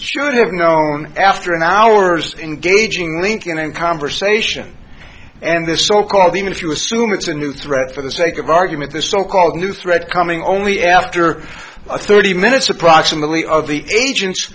should have known after an hour's engaging link in conversation and this so called even if you assume it's a new thread for the sake of argument this so called new thread coming only after a thirty minutes approximately of the agents